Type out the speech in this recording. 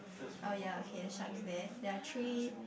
orh ya okay the shark is there there are three